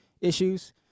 issues